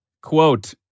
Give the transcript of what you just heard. Quote